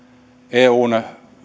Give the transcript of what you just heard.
eun